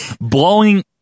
blowing